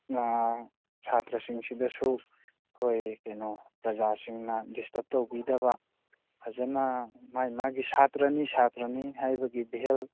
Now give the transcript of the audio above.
ꯁꯥꯇ꯭ꯔꯁꯤꯡꯁꯤꯗꯁꯨ ꯑꯩꯈꯣꯏ ꯀꯩꯅꯣ ꯄ꯭ꯔꯖꯥꯁꯤꯡꯅ ꯗꯤꯁꯇꯔꯕ ꯇꯧꯕꯤꯗꯕ ꯐꯖꯅ ꯃꯥꯏ ꯃꯥꯒꯤ ꯁꯥꯇ꯭ꯔꯥꯅꯤ ꯁꯥꯇ꯭ꯔꯥꯅꯤ ꯍꯥꯏꯕꯒꯤ ꯚꯦꯜ